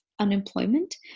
unemployment